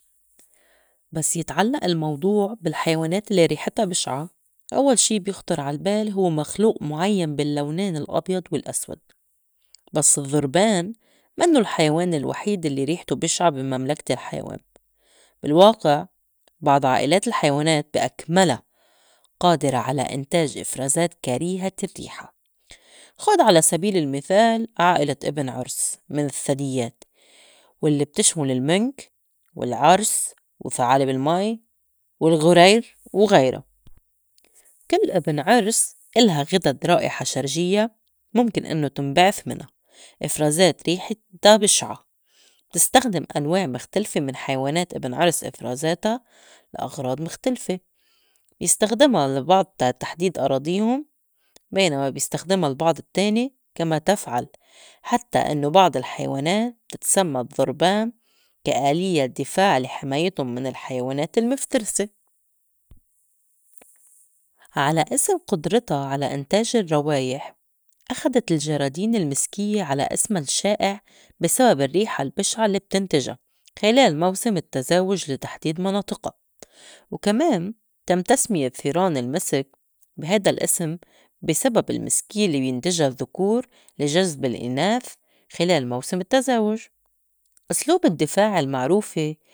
بس يتعلّئ الموضوع بالحيوانات لي ريحتا بِشعة أوّل شي بيخطُر عالبال هوّ مخلوء مُعيّن بالّونين الأبيض والأسود، بس الظّرْبان منّو الحيوان الوحيد الّي ريحته بشعة بي مَمْلكة الحيوان. بالواقع بعض عائِلات الحيوانات بي أكْمَلا قادرة على إنتاج إفرازات كريهة الرّيحة. خود على سبيل المِثال عائِلة إبن عرْس من الثديّات والّي بتشمُل المِنْك، والعِرس، وثعالب المي، والغُرير وغيرا. كِل إبن عرِس إلها غِدد رائحة شرجيّة مُمكن إنّو تنبعث مِنا إفرازات ريحتا بشعة، بتستخدم أنواع مِخْتلفة من حيوانات إبن عرِس إفرازاتا لأغراض مِختلفة بيستخدما البعض لتحديد أراضين، بينما بيستخدما البعض التّاني كما تفعل حتّى إنّو بعض الحيوانات بتتسمّى الظّرْبان كآليّة دِفاع لي حمايتُن من الحيوانات المفترسة. على إسم قُدرتا على إنتاج الرّوايح أخدت الجرادين المسكيّة على إسما الشّائع بي سبب الرّيحة البشعة لي بتنتجا خِلال موسم التّزاوج لتحديد مناطقا. وكمان تم تسمية ثيران المِسِك بي هيدا الأسِم بي سبب المسكيّة الّي بينتجا الذّكور لجذب الإناث خِلال موسم التّزاوج أسلوب الدّفاع المعروفة.